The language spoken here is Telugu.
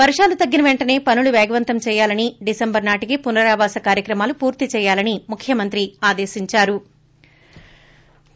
వర్షాలు తగ్గిన పెంటసే పనులు పేగవంతం చేయాలని డిసెంబర్ నాటికి పునరావాస కార్యక్రమాలు పూర్తి చేయాలని ముఖ్యమంత్రి ఆదేశించారు